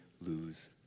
lose